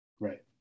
Right